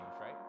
right